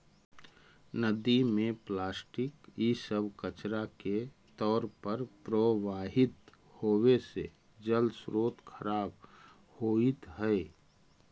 नदि में प्लास्टिक इ सब कचड़ा के तौर पर प्रवाहित होवे से जलस्रोत खराब होइत हई